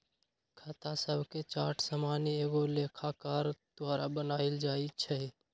खता शभके चार्ट सामान्य एगो लेखाकार द्वारा बनायल जाइ छइ